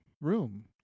room